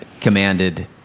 commanded